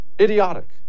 idiotic